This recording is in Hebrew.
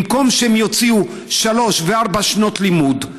במקום שהם יוציאו שלוש וארבע שנות לימוד,